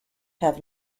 have